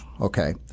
okay